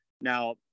Now